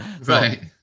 right